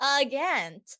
again